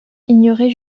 ignorés